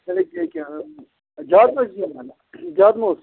چلے یہِ کیٛاہ آس بہٕ زیادٕ ما چھُس لوٚگمُت زیادٕ ما اوسُس